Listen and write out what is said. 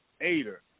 aider